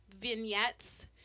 vignettes